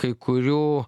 kai kurių